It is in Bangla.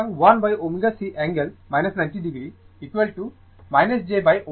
সুতরাং 1ω C angle 90o jω C